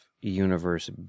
Universe